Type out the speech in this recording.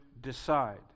decide